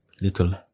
little